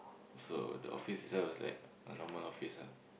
so the office itself is like a normal office ah